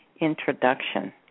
introduction